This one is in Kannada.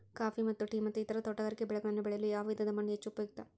ಕಾಫಿ ಮತ್ತು ಟೇ ಮತ್ತು ಇತರ ತೋಟಗಾರಿಕೆ ಬೆಳೆಗಳನ್ನು ಬೆಳೆಯಲು ಯಾವ ವಿಧದ ಮಣ್ಣು ಹೆಚ್ಚು ಉಪಯುಕ್ತ?